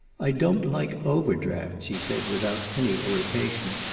i don't like overdrafts, he said, without any irritation.